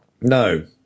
No